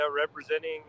representing